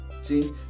See